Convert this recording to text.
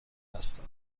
هستن